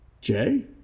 Jay